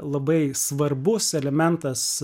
labai svarbus elementas